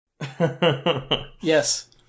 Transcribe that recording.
Yes